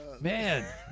Man